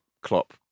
Klopp